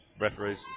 Referees